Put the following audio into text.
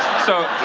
so